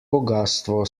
bogastvo